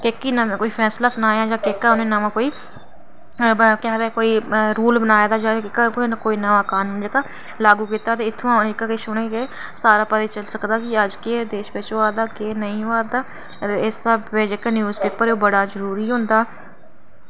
केह्की उ'नें कोई फैसला सनाया जां केह्का कोई केह् आखदे कोई रूल बनाए दा जां जेह्का कोई ना कोई नमां कानून जेह्का लागू कीता ते इत्थां उनें सारा पता चली सकदा कि सारा केह् पेशकश होआ दा केह् नेईं होआ दा ते इस स्हाबै दा जेह्का न्यूज़ पेपर ऐ ओह् बड़ा जरूरी होंदा